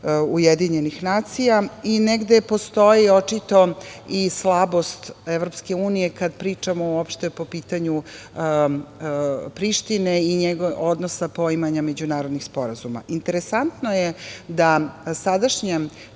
Ujedinjenih nacija i negde postoji očito i slabost Evropske unije kada pričamo uopšte po pitanju Prištine i odnosa poimanja međunarodnih sporazuma. Interesantno je da sadašnje